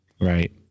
Right